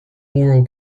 oral